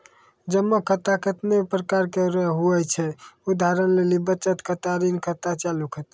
जमा खाता कतैने प्रकार रो हुवै छै उदाहरण लेली बचत खाता ऋण खाता चालू खाता